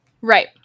right